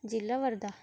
जिल्हा वर्धा